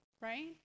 right